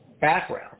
background